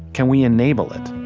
can we enable it?